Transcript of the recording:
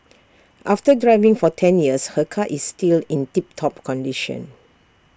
after driving for ten years her car is still in tip top condition